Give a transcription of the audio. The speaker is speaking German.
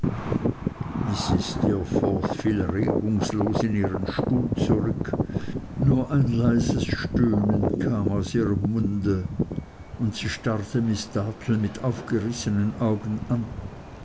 fiel regungslos in ihren stuhl zurück nur ein leises stöhnen kam aus ihrem munde und sie starrte miß dartle mit aufgerissnen augen an